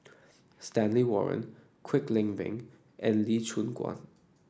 Stanley Warren Kwek Leng Beng and Lee Choon Guan